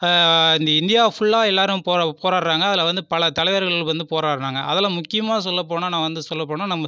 இந்த இந்தியா ஃபுல்லாக எல்லோரும் போராடுகிறாங்க அதில் வந்து பல தலைவர்கள் வந்து போராடுகிறாங்க அதில் முக்கியமாக சொல்லப் போனால் நான் வந்து சொல்லப் போனால் நம்ப